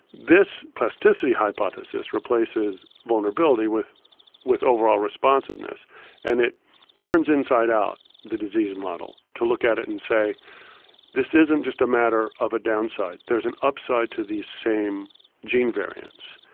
this plasticity hypothesis replaces vulnerability with with overall responsiveness and it turns inside out the disease model, to look at it and say this isn't just a matter of a downside, there's an upside to these same gene variants.